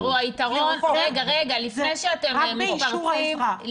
רק באישור האזרח.